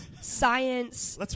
science